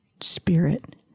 spirit